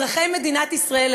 אזרחי מדינת ישראל,